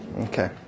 Okay